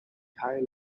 entire